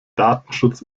datenschutz